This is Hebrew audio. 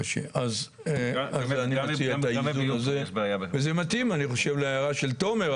אם דיברנו על ודאות ועל יציבות תעדוף,